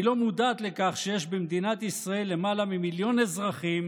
היא לא מודעת לכך שיש במדינת ישראל למעלה ממיליון אזרחים,